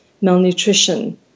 malnutrition